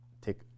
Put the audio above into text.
take